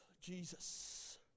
Jesus